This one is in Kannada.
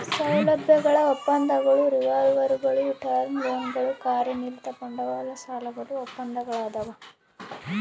ಸೌಲಭ್ಯಗಳ ಒಪ್ಪಂದಗಳು ರಿವಾಲ್ವರ್ಗುಳು ಟರ್ಮ್ ಲೋನ್ಗಳು ಕಾರ್ಯನಿರತ ಬಂಡವಾಳ ಸಾಲಗಳು ಒಪ್ಪಂದಗಳದಾವ